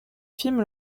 film